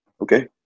okay